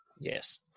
Yes